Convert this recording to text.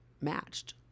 matched